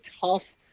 tough